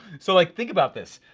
so, like think about this.